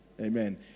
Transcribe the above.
Amen